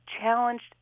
challenged